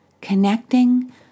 connecting